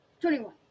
Twenty-one